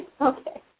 Okay